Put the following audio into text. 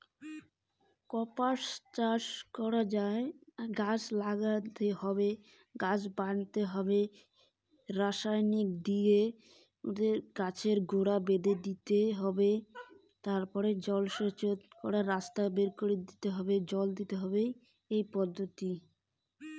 কার্পাস চাষ কী কী পদ্ধতিতে করা য়ায়?